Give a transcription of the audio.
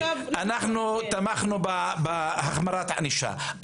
אנחנו תמכנו בהחמרת הענישה,